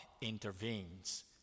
intervenes